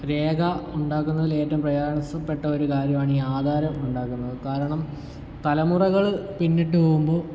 രേഖ ഉണ്ടാക്കുന്നതിലേറ്റവും പ്രയാസപ്പെട്ട ഒരു കാര്യമാണിത് ആധാരം ഉണ്ടാക്കുന്നത് കാരണം തലമുറകൾ പിന്നിട്ട് പോകുമ്പോൾ